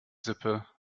sippe